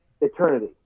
eternity